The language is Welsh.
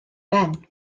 ben